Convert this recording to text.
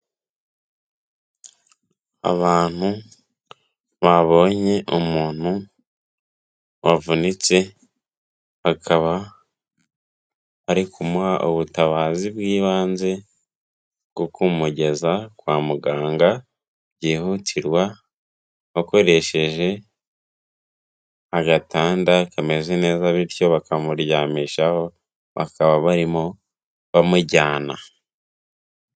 Abantu babonye umuntu wavunitse akaba ari kumuha ubutabazi bw'ibanze bwo kumugeza kwa muganga byihutirwa, bakoresheje agatanda kameze neza bityo bakamuryamishaho bakaba barimo bamujyana.